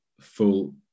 full